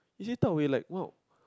is it thought like we [what]